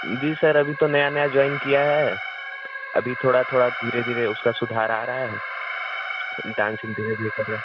जी sir अभी तो नया नया ज्वाइन किया है अभी थोड़ा थोड़ा धीरे धीरे उसका सुधार आ रहा है डांसिंग धीरे धीरे कर रहा है